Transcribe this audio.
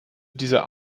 dieser